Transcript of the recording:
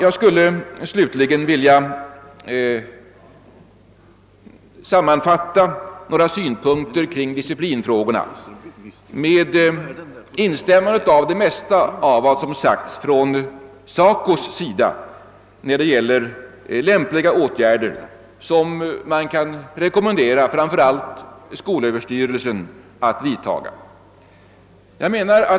Jag skulle slutligen vilja sammanfatta några synpunkter kring disciplinfrågorna med instämmande i det mesta av vad som sagts av SACO när det gäller lämpliga åtgärder som man kan rekommendera framför allt skolöverstyrelsen att vidtaga.